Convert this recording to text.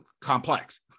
complex